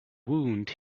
wound